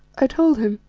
i told him,